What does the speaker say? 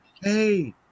hey